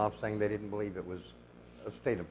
off saying they didn't believe it was a state of